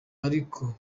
ariko